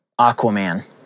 Aquaman